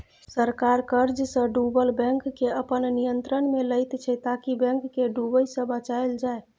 सरकार कर्जसँ डुबल बैंककेँ अपन नियंत्रणमे लैत छै ताकि बैंक केँ डुबय सँ बचाएल जाइ